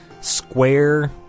square